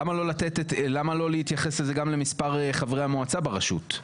למה לא להתייחס לזה גם למספר חברי המועצה ברשות?